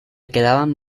quedaban